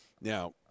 now